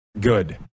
Good